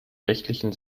rechtlichen